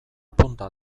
punta